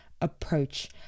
approach